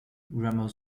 grammar